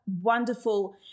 wonderful